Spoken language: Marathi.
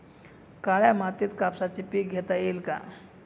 काळ्या मातीत कापसाचे पीक घेता येईल का?